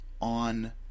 on